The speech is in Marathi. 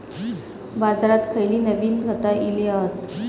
बाजारात खयली नवीन खता इली हत?